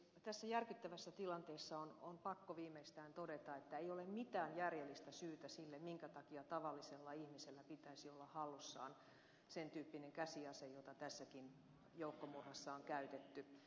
tässä järkyttävässä tilanteessa on pakko viimeistään todeta että ei ole mitään järjellistä syytä sille minkä takia tavallisella ihmisellä pitäisi olla hallussaan sen tyyppinen käsiase jota tässäkin joukkomurhassa on käytetty